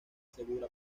segura